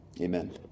Amen